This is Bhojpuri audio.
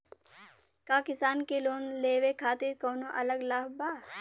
का किसान के लोन लेवे खातिर कौनो अलग लाभ बा?